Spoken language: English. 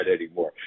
anymore